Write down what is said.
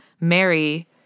mary